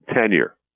tenure